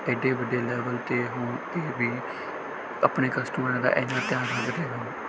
ਐਡੇ ਵੱਡੇ ਲੈਵਲ 'ਤੇ ਹੋਣ 'ਤੇ ਵੀ ਆਪਣੇ ਕਸਟਮਰਾਂ ਦਾ ਇੰਨਾ ਧਿਆਨ ਰੱਖਦੇ ਹਨ